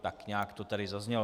Tak nějak to tady zaznělo.